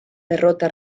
derrota